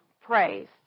praise